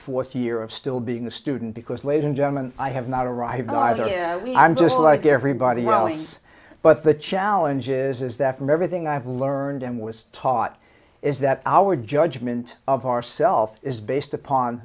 fourth year of still being a student because ladies and gentlemen i have not arrived either i'm just like everybody else but the challenges is that from everything i've learned and was taught is that our judgment of ourselves is based upon